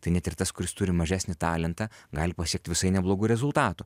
tai net ir tas kuris turi mažesnį talentą gali pasiekt visai neblogų rezultatų